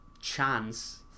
chance